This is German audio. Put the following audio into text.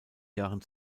jahren